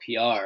PR